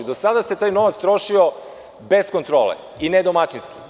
Do sada se taj novac trošio bez kontrole i ne domaćinski.